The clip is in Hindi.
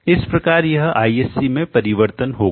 इस प्रकार यह ISC में परिवर्तन होगा